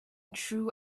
true